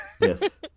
yes